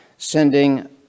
sending